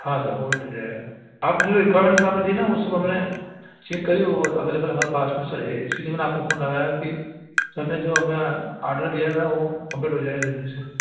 हाँ सर वो भी मिल जाएगा आप जो रिक्वायमेंट्स सर आपने दिए ना वह सब हमने चेक करी वह अबेलेवल हमारे पास में सर है इसीलिए मैंने आपको फोन लगाया कि सर ने जो हमें ऑर्डर दिया था वह कंप्लीट हो जाएगा जल्दी से